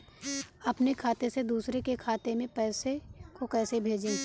अपने खाते से दूसरे के खाते में पैसे को कैसे भेजे?